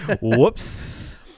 whoops